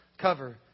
cover